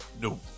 No